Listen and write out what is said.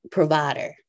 Provider